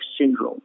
syndrome